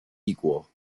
equal